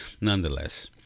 Nonetheless